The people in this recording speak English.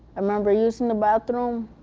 i remember using the bathroom